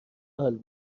حال